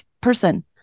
person